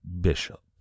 bishop